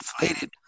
inflated